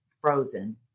Frozen